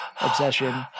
obsession